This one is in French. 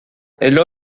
elle